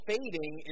Fading